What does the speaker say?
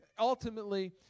ultimately